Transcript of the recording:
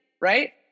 Right